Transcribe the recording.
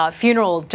funeral